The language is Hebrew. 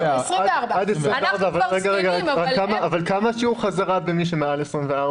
24. אבל כמה שיעור החזרה מעל גיל 24?